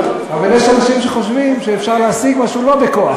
אבל יש אנשים שחושבים שאפשר להשיג משהו לא בכוח.